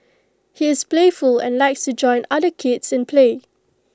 he is playful and likes to join other kids in play